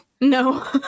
No